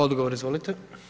Odgovor, izvolite.